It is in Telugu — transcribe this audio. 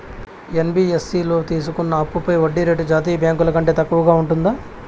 యన్.బి.యఫ్.సి లో తీసుకున్న అప్పుపై వడ్డీ రేటు జాతీయ బ్యాంకు ల కంటే తక్కువ ఉంటుందా?